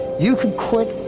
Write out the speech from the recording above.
you can quit,